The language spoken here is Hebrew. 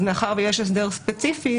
מאחר שיש הסדר ספציפי,